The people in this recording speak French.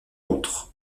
autres